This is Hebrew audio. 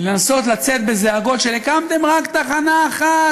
ולנסות לצאת בזעקות: הקמתם רק תחנה אחת,